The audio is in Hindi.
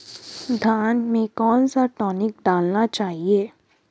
धान में कौन सा टॉनिक डालना चाहिए?